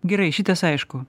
gerai šitas aišku